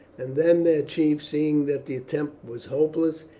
and then their chiefs, seeing that the attempt was hopeless,